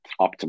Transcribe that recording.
optimal